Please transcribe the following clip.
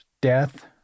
death